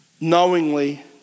knowingly